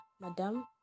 Madam